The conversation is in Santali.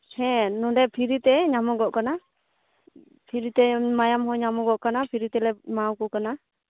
ᱦᱮᱸ ᱱᱚᱸᱰᱮ ᱯᱷᱨᱤ ᱛᱮ ᱧᱟᱢᱚᱜᱚᱜ ᱠᱟᱱᱟ ᱯᱷᱨᱤ ᱛᱮ ᱢᱟᱭᱟᱢ ᱦᱚᱸ ᱧᱟᱢᱚᱜᱚᱜ ᱠᱟᱱᱟ ᱯᱷᱤᱨᱤ ᱛᱮᱞᱮ ᱮᱢᱟᱣᱟᱠᱚ ᱠᱟᱱᱟ